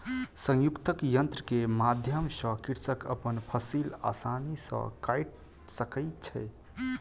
संयुक्तक यन्त्र के माध्यम सॅ कृषक अपन फसिल आसानी सॅ काइट सकै छै